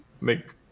make